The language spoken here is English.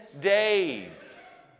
days